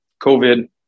COVID